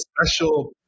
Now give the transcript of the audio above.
special